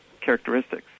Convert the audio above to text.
characteristics